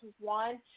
one